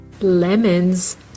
Lemons